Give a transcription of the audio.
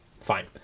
fine